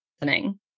listening